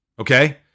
okay